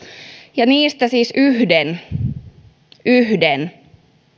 ja niistä yhden siis yhden